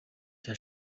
cya